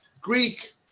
Greek